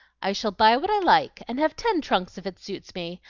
i shall buy what i like, and have ten trunks if it suits me.